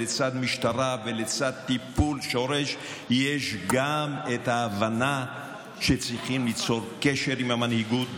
לצד משטרה ולצד טיפול שורש יש גם את ההבנה שצריך ליצור קשר עם המנהיגות,